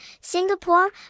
Singapore